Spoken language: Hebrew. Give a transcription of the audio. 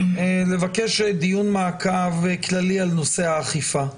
לבקש דיון מעקב כללי על הנושא האכיפה.